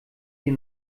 die